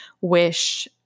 wish